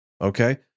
okay